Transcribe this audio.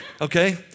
Okay